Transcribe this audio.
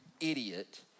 idiot